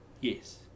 yes